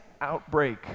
outbreak